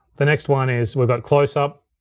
the next one is we got closeup.